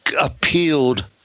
appealed